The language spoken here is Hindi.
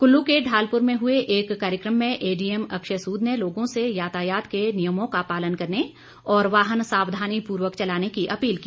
कुल्लू के ढालपुर में हुए एक कार्यकम में एडीएम अक्षय सूद ने लोगों से यातायात के नियमों का पालन करने और वाहन सावधानी पूर्वक चलाने की अपील की